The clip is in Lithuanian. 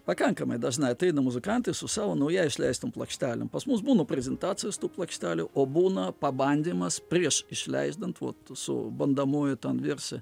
pakankamai dažnai ateina muzikantai su savo naujai išleistom plokštelėm pas mus būna prezentacijos tų plokštelių o būna pabandymas prieš išleisdant vot su bandomuoju ten versija